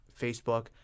Facebook